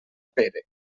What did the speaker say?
pere